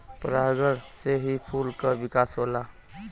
परागण से ही फूल क विकास होला